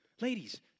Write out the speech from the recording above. Ladies